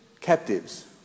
captives